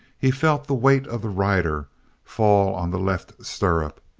he felt the weight of the rider fall on the left stirrup,